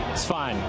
is fine.